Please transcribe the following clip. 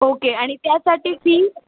okay आणि त्यासाठी fee